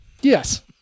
Yes